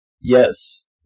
yes